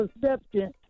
perception